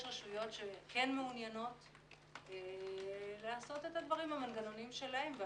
יש רשויות שכן מעוניינות לעשות את הדברים במנגנונים שלהן.